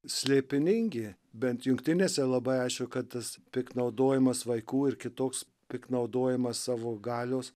slėpiningi bent jungtinėse labai aišku kad tas piktnaudojimas vaikų ir kitoks piktnaudojimas savo galios